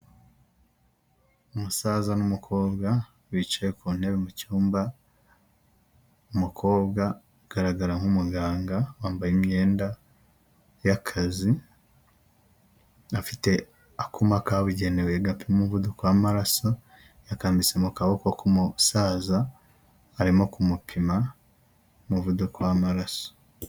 Umusaza n'umukobwa bicaye ku ntebe mu cyumba, umukobwa ugaragara nk'umuganga wambaye imyenda y'akazi, afite akuma kabugenewe gapima umuvuduko w'amararaso yakambitse mu kaboko k'umusaza, arimo kumupima umuvuduko w'amaraso.